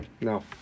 No